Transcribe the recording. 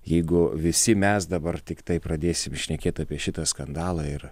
jeigu visi mes dabar tiktai pradėsim šnekėt apie šitą skandalą ir